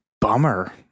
bummer